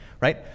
right